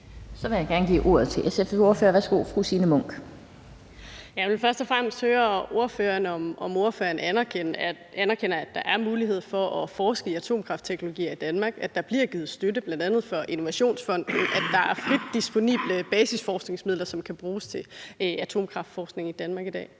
jeg gerne give ordet til SF's ordfører. Værsgo til fru Signe Munk. Kl. 10:30 Signe Munk (SF): Jeg vil først og fremmest høre, om ordføreren anerkender, at der er mulighed for at forske i atomkraftteknologier i Danmark, at der bliver givet støtte, bl.a. af Innovationsfonden, og at der er frit disponible basisforskningsmidler, som kan bruges til atomkraftforskning i Danmark i dag.